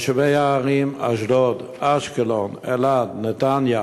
תושבי הערים אשדוד, אשקלון, אלעד, נתניה